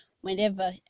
whenever